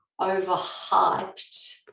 Overhyped